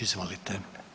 Izvolite.